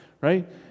Right